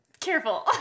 Careful